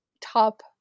top